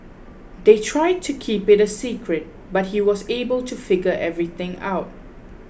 they tried to keep it a secret but he was able to figure everything out